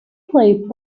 played